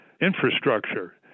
infrastructure